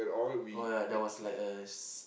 oh ya there was like a s~